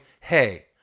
hey